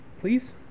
Please